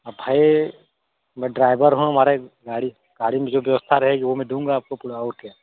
अब भाई मैं ड्राइवर हूँ हमारी गाड़ी गाड़ी में जो व्यवस्था रहेगी वो मैं दूँगा आपको पूरा और क्या